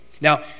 Now